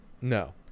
No